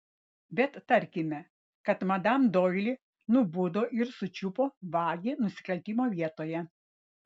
bet tarkime kad madam doili nubudo ir sučiupo vagį nusikaltimo vietoje